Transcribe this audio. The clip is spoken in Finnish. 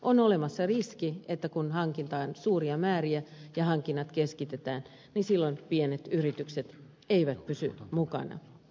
on olemassa riski että kun hankitaan suuria määriä ja hankinnat keskitetään pienet yritykset eivät pysy mukana